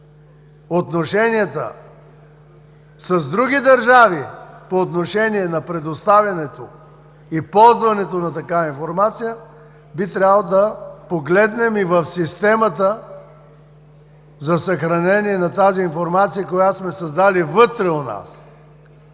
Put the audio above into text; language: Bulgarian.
отношенията с други държави по отношение на предоставянето и ползването на такава информация, би трябвало да погледнем и в системата за съхранение на тази информация, която сме създали вътре у нас,